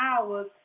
hours